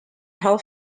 help